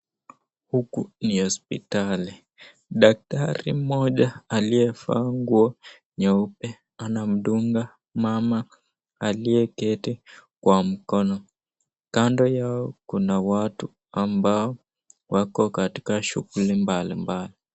Huku ni hospitali. Daktari mmoja aliyevaa nguo nyeupe anamdunga mama aliyeketi kwa mkono. Kando yao kuna watu ambao wako katika shuguli mbalimbali.